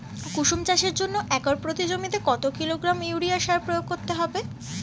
কুসুম চাষের জন্য একর প্রতি জমিতে কত কিলোগ্রাম ইউরিয়া সার প্রয়োগ করতে হবে?